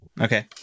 Okay